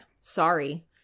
Sorry